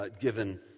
given